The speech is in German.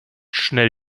schnell